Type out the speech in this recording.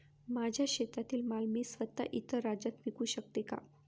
माझ्या शेतातील माल मी स्वत: इतर राज्यात विकू शकते का?